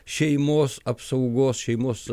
šeimos apsaugos šeimos